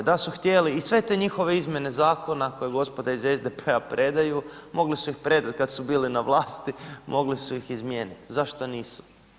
Da su htjeli i sve te njihove izmjene zakona koje gospoda iz SDP-a predaju, mogli su ih predat kad su bili na vlasti, mogli su ih izmijenit, zašto nisu?